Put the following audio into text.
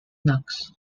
knox